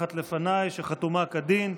שמונחת לפניי, שחתומה כדין,